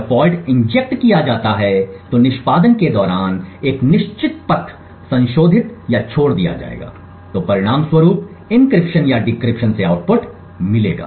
जब fault inject किया जाता है तो निष्पादन के दौरान एक निश्चित पथ संशोधित या छोड़ दिया जाएगा तो परिणामस्वरूप एन्क्रिप्शन या डिक्रिप्शन से आउटपुट मिलेगा